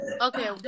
Okay